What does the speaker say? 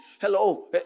hello